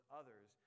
others